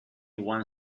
one